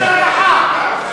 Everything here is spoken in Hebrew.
מה קשור לרווחה?